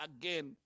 again